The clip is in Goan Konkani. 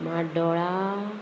म्हाड्डोळा